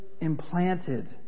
implanted